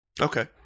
Okay